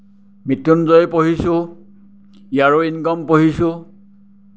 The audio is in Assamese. মৃত্য়ুঞ্জয় পঢ়িছোঁ ইয়াৰুইংগম পঢ়িছোঁ